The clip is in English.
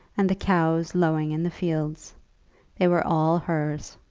and the cows lowing in the fields they were all hers.